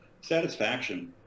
Satisfaction